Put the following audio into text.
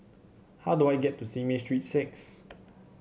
how do I get to Simei Street Six